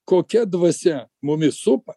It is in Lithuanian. kokia dvasia mumis supa